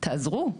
אז תעזרו.